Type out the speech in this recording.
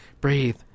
Breathe